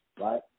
right